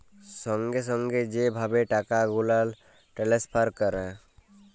সঙ্গে সঙ্গে যে ভাবে টাকা গুলাল টেলেসফার ক্যরে